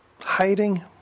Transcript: hiding